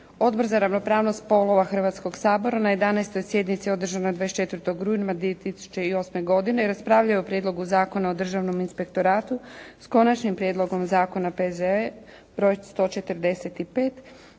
Odbor za ravnopravnost spolova Hrvatskog sabora na 11. sjednici održanoj 24. rujna 2008. godine raspravljao je o Prijedlogu zakona o Državnom inspektoratu s Konačnim prijedlogom zakona, P.Z.E. br. 145